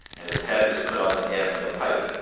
and his head was put on the end of a pike,